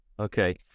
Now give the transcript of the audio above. Okay